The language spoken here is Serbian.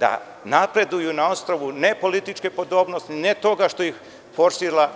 Da napreduju na osnovu ne političke podobnosti, ne toga što ih forsira